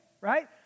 right